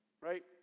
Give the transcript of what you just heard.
right